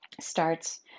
starts